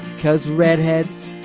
cause redhead's.